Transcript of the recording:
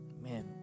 man